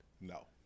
No